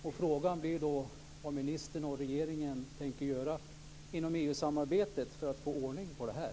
Frågan blir då vad ministern och regeringen tänker göra inom EU-samarbetet för att få ordning på det här.